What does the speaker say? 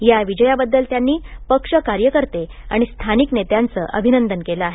या विजयाबद्दल त्यांनी पक्ष कार्यकर्ते आणि स्थानिक नेत्यांचं अभिनंदन केलं आहे